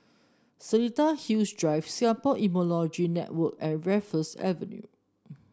Seletar Hills Drive Singapore Immunology Network and Raffles Avenue